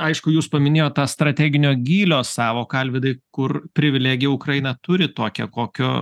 aišku jūs paminėjot tą strateginio gylio sąvoką alvydai kur privilegiją ukraina turi tokią kokio